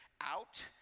out